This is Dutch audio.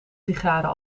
sigaren